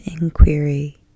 inquiry